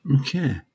Okay